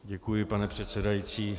Děkuji, pane předsedající.